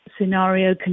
scenario